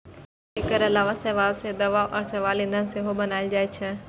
एकर अलावा शैवाल सं दवा आ शैवाल ईंधन सेहो बनाएल जाइ छै